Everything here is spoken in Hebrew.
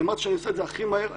אמרתי שאני אעשה את זה הכי מהר.